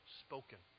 spoken